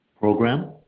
program